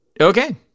Okay